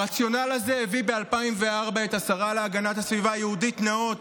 הרציונל הזה הביא ב-2004 את השרה להגנת הסביבה יהודית נאות,